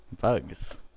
Bugs